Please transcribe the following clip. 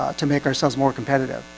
to make ourselves more competitive